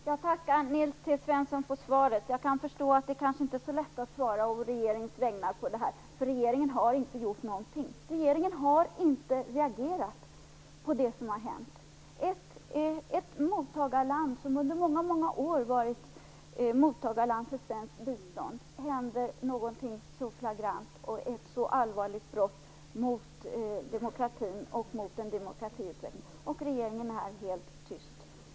Herr talman! Jag tackar Nils T Svensson för svaret. Jag kan förstå att det inte är så lätt att svara på regeringens vägnar, då regeringen inte har gjort någonting. Regeringen har inte reagerat på det som har hänt. I ett land som under många år har varit mottagarland för svenskt bistånd händer någonting flagrant och begås ett allvarligt brott mot demokratin och mot en demokratiutveckling, och regeringen är helt tyst.